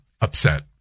upset